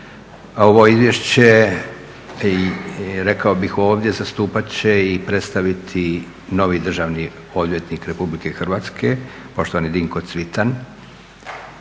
Ovo izvješće, rekao bih ovdje zastupati će i predstaviti novi državni odvjetnik Republike Hrvatske poštovani Dinko Cvitan,